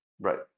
right